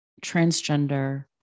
transgender